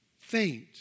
faint